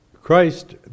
Christ